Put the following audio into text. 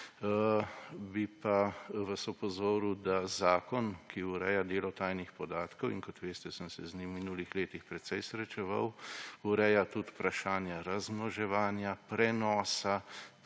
Bi pa vas opozoril, da zakon, ki ureja delo tajnih podatkov − in kot veste, sem se z njim v minulih letih precej srečeval −, ureja tudi vprašanja razmnoževanja, prenosa,